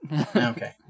okay